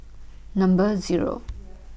Number Zero